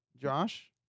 Josh